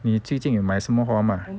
你最近有买什么花吗